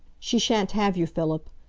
she shan't have you, philip!